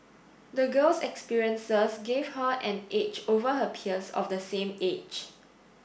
the girl's experiences gave her an edge over her peers of the same age